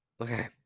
Okay